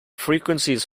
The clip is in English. frequencies